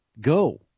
Go